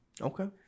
Okay